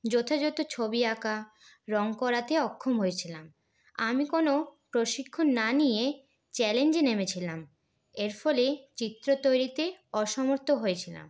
যথাযথ ছবি আঁকা রঙ করাতে অক্ষম হয়েছিলাম আমি কোনো প্রশিক্ষণ না নিয়ে চ্যালেঞ্জে নেমেছিলাম এর ফলে চিত্র তৈরিতে অসমর্থ হয়েছিলাম